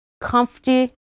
Comfy